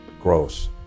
gross